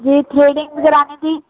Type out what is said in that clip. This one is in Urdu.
جی تھریڈنگ کرانی تھی